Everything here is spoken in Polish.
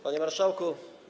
Panie Marszałku!